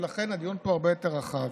ולכן הדיון פה הוא הרבה יותר רחב.